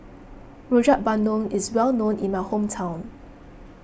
Rojak Bandung is well known in my hometown